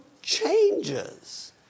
changes